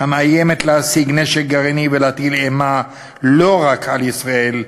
המאיימת להשיג נשק גרעיני ולהטיל אימה לא רק על ישראל,